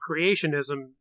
creationism